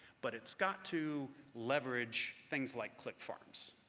but it's got to leverage things like click farms.